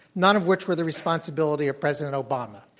none of which were the responsibility of president obama,